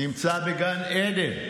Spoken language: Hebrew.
נמצא בגן עדן,